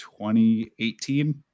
2018